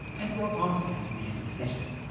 and we'll answer them at the end of the session.